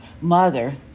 mother